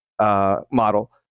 model